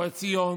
או את ציון,